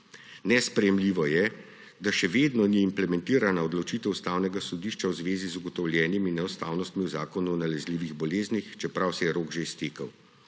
Nesprejemljivo je, da še vedno ni implementirana odločitev Ustavnega sodišča v zvezi z ugotovljenimi neustavnostmi v Zakonu o nalezljivih boleznih, čeprav se je rok že iztekel.